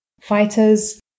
fighters